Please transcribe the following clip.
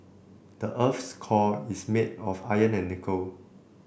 the earth's core is made of iron and nickel